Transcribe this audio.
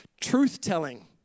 truth-telling